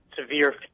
severe